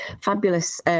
fabulous